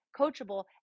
coachable